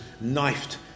knifed